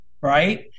right